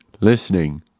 listening